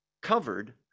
covered